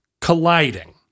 colliding